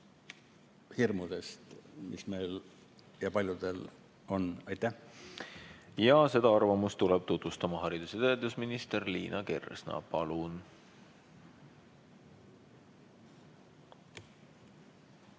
Ja seda arvamust tuleb tutvustama haridus‑ ja teadusminister Liina Kersna. Palun!